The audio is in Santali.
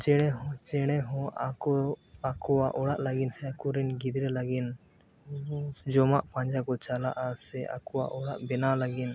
ᱪᱮᱬᱮ ᱦᱚᱸ ᱪᱮᱬᱮ ᱦᱚᱸ ᱟᱠᱚ ᱟᱠᱚᱣᱟᱜ ᱚᱲᱟᱜ ᱞᱟᱹᱜᱤᱫ ᱥᱮ ᱟᱠᱚᱨᱮᱱ ᱜᱤᱫᱽᱨᱟᱹ ᱞᱟᱹᱜᱤᱫ ᱡᱚᱢᱟᱜ ᱯᱟᱸᱡᱟᱠᱚ ᱪᱟᱞᱟᱜᱼᱟ ᱥᱮ ᱟᱠᱚᱣᱟᱜ ᱚᱲᱟᱜ ᱵᱮᱱᱟᱣ ᱞᱟᱹᱜᱤᱫ